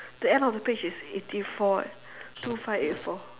the end of the page is eighty four eh two five eight four